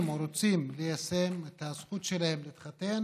או רוצים ליישם את הזכות שלהם להתחתן